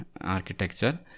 architecture